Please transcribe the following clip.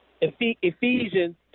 Ephesians